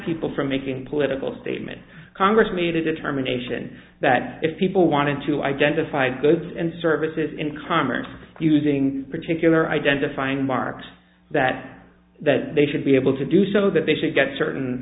people from making political statements congress made a determination that if people wanted to identify goods and services in commerce using particular identifying marks that that they should be able to do so that they should get certain